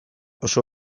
oso